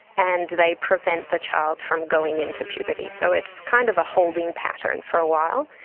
and they prevent the child from going into puberty. so it's kind of a holding pattern for a while,